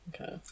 Okay